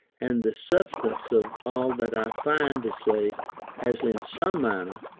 and the substance of all that i find to say has in some manner,